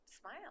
smile